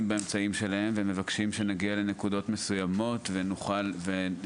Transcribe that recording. באמצעים שלהם והם מבקשים שנגיע לנקודות מסוימות ונחזיר